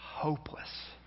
Hopeless